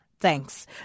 thanks